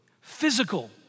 physical